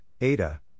ADA